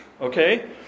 okay